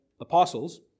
apostles